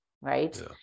right